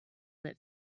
that